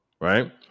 right